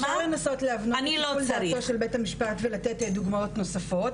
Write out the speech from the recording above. אז אפשר לנסות להבנות את שיקול דעתו של בית המשפט ולתת דוגמאות נוספות,